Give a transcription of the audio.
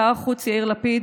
שר החוץ יאיר לפיד,